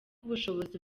ubushobozi